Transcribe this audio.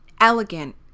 Elegant